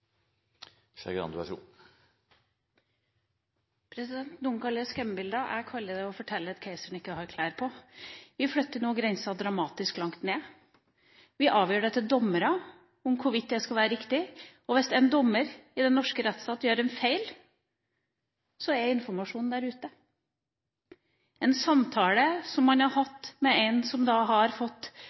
Noen kaller det skremmebilder, jeg kaller det å fortelle at keiseren ikke har klær på. Vi flytter nå grensa dramatisk langt ned. Vi overlater til dommere å avgjøre hvorvidt det skal være riktig, og hvis en dommer i den norske rettsstat gjør en feil, er informasjonen der ute. En samtale man har hatt med en som da har fått